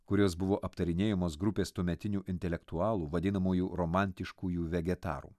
kurios buvo aptarinėjamos grupės tuometinių intelektualų vadinamųjų romantiškųjų vegetarų